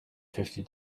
fifty